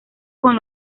con